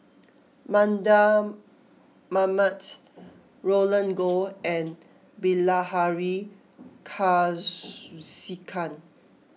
Mardan Mamat Roland Goh and Bilahari Kausikan